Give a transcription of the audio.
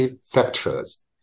factors